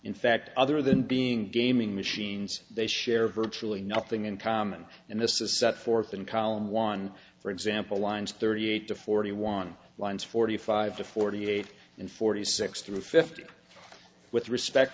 in fact other than being gaming machines they share virtually nothing in common and this is set forth in column one for example lines thirty eight to forty one lines forty five to forty eight and forty six through fifty with respect